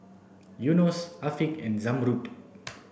Yunos Afiq and Zamrud